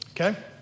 okay